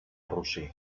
rossí